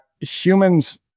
humans